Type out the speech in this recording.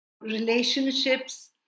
relationships